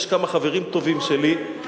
יש כמה חברים טובים שלי,